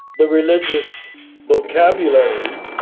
the religious vocabulary,